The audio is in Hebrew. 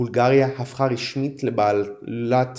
בולגריה הפכה רשמית לבעלות